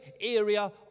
area